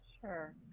Sure